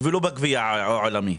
ולא בגביע העולמי,